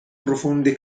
profonde